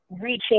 reaching